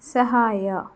ಸಹಾಯ